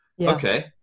Okay